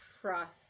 Trust